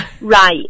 right